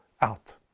out